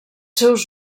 seus